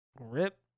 RIP